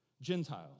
Gentiles